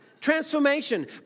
transformation